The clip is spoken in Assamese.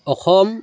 অসম